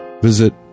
visit